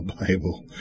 Bible